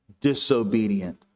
disobedient